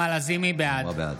בעד